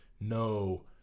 no